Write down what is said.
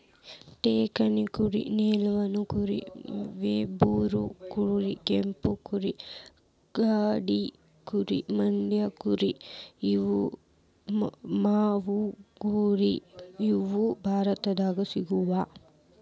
ಡೆಕ್ಕನಿ ಕುರಿ ನೆಲ್ಲೂರು ಕುರಿ ವೆಂಬೂರ್ ಕುರಿ ಕೆಂಪು ಕುರಿ ಗಡ್ಡಿ ಕುರಿ ಮಂಡ್ಯ ಕುರಿ ಮಾರ್ವಾಡಿ ಕುರಿ ಇವು ಭಾರತದಾಗ ಸಿಗ್ತಾವ